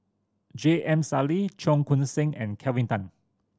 J M Sali Cheong Koon Seng and Kelvin Tan